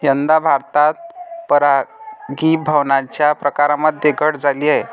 यंदा भारतात परागीभवनाच्या प्रकारांमध्ये घट झाली आहे